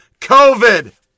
COVID